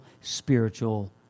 spiritual